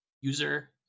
user